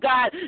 God